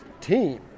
team